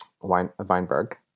Weinberg